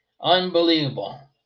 Unbelievable